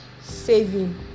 saving